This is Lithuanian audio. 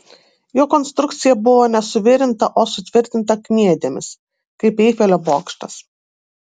jo konstrukcija buvo ne suvirinta o sutvirtinta kniedėmis kaip eifelio bokštas